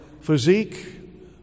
physique